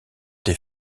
des